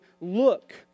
look